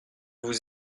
vous